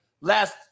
last